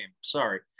Sorry